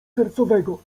sercowego